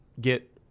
get